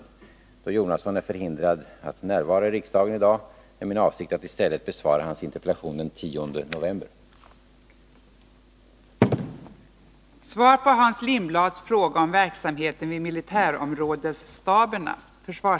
Då Bertil Jonasson är förhindrad att i dag närvara i riksdagen, är min avsikt att i stället besvara hans interpellation den 10 november.